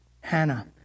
Hannah